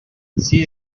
she